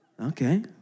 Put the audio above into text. Okay